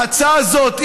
ההצעה הזאת,